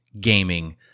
gaming